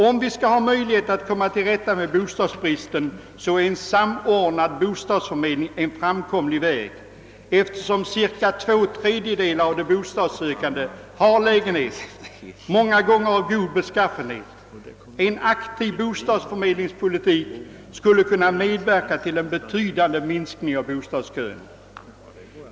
Om vi skall ha någon möjlighet att komma till rätta med bostadsbristen är en samordnad bostadsförmedling en framkomlig väg, eftersom cirka två tredjedelar av de bostadssökande redan har lägenheter — många gånger av god beskaffenhet. En aktiv bostadsförmedlingspolitik skulle kunna medverka till en betydande minskning av bostadskön.